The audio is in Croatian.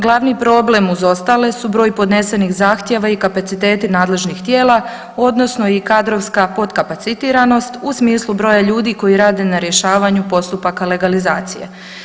Glavni problem uz ostale su broj podnesenih zahtjeva i kapaciteti nadležnih tijela odnosno i kadrovska potkapacitiranost u smislu broja ljudi koji rade na rješavanju postupaka legalizacije.